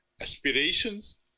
aspirations